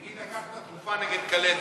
נגיד לקחת תרופה נגד כלבת.